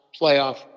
playoff